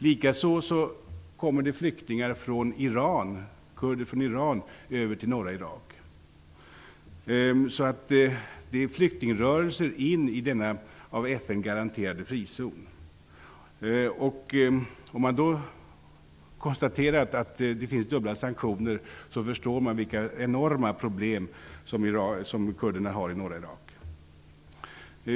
Likaså kommer det kurder från Iran över till norra Irak. Det är alltså flyktingrörelser in i denna av FN garanterade frizon. Mot bakgrund av att det finns dubbla sanktioner förstår man vilka enorma problem som kurderna i norra Irak har.